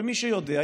ומי שיודע,